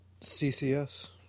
CCS